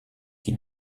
qui